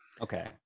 Okay